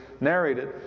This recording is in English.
narrated